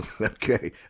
Okay